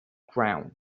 ground